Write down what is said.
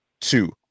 Two